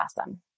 awesome